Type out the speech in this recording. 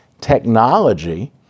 Technology